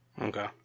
Okay